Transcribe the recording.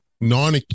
non